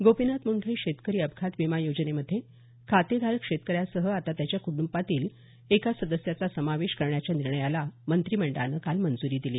गोपीनाथ मुंडे शेतकरी अपघात विमा योजनेमध्ये खातेधारक शेतकऱ्यासह आता त्याच्या कुटुंबातील एका सदस्याचा समावेश करण्याच्या निर्णयालाही मंत्रिमंडळानं काल मंजूरी दिली